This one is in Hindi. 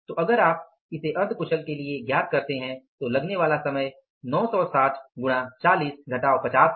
तो अगर आप इसकी अर्ध कुशल के लिए गणना करते हैं तो लगने वाला समय 960 गुणा 40 घटाव् 50 है